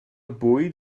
bwyd